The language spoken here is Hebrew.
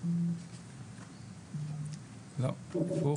לא, הפוך.